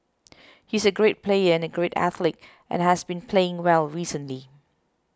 he's a great player and a great athlete and has been playing well recently